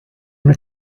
una